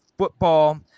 Football